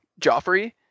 Joffrey